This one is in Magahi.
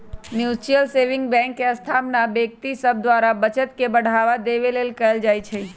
म्यूच्यूअल सेविंग बैंक के स्थापना व्यक्ति सभ द्वारा बचत के बढ़ावा देबे लेल कयल जाइ छइ